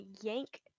yank